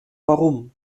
warum